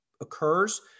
occurs